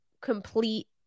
complete